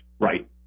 right